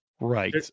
Right